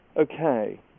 Okay